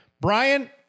Brian